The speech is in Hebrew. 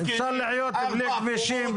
אפשר לחיות בלי כבישים,